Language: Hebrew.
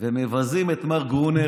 הם מבזים את מר גרוניס,